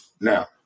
now